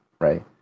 right